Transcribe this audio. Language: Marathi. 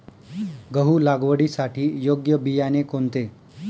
गहू लागवडीसाठी योग्य बियाणे कोणते?